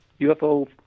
UFO